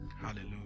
Hallelujah